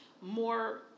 more